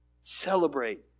Celebrate